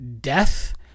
death